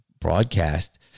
broadcast